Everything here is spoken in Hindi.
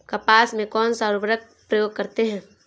कपास में कौनसा उर्वरक प्रयोग करते हैं?